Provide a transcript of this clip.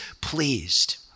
pleased